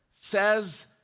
says